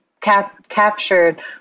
captured